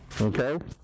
okay